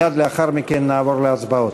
מייד לאחר מכן נעבור להצבעות.